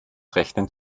rechnen